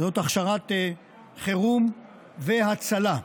הוא הכשרת חירום והצלה.